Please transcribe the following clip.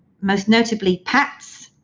most notably pats,